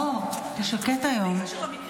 אתה שקט היום.